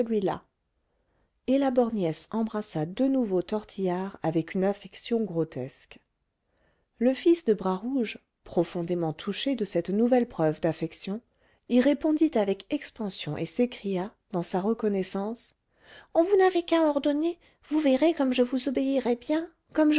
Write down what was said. et la borgnesse embrassa de nouveau tortillard avec une affection grotesque le fils de bras rouge profondément touché de cette nouvelle preuve d'affection y répondit avec expansion et s'écria dans sa reconnaissance vous n'avez qu'à ordonner vous verrez comme je vous obéirai bien comme